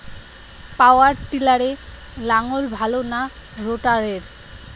পাওয়ার টিলারে লাঙ্গল ভালো না রোটারের?